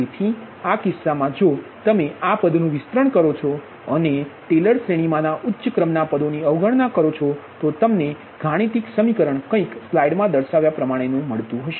તેથી આ કિસ્સામાં જો તમે આ પદનુ વિસ્તરણ કરો છો અને ટેલર શ્રેણીમાં ના ઉચ્ચ્ક્રમ ના પદોની અવગણના કરો છો તો તમને ગાણિતિક સમીકરણ કંઈક સ્લાઇડ મા દર્શાવ્યા પ્રમાણે નુ મળતુ હશે